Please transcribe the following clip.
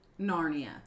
Narnia